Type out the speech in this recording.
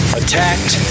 attacked